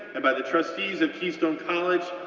and by the trustees of keystone college,